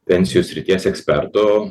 pensijų srities ekspertų